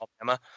Alabama